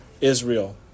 Israel